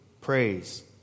praise